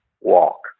walk